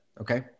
okay